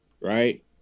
right